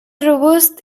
robust